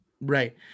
Right